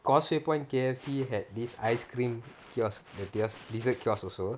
causeway point K_F_C has this ice cream kiosk the kiosk dessert kiosk also